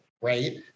Right